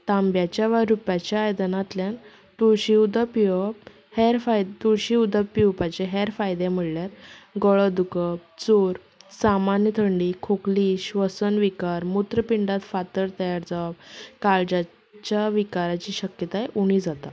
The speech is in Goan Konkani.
तांब्याच्या वा रुप्याच्या आयदनांतल्यान तुळशी उदक पियेवप हेर फायदे तुळशी उदक पियेवपाचे हेर फायदे म्हणल्यार गळो दुखप जोर सामान्य थंडी खोकली श्वसन विकार मुत्रपिंडांत फातर तयार जावप काळजाच्या विकाराची शक्यताय उणी जाता